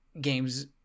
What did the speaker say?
games